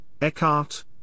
Eckhart